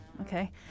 Okay